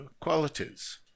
qualities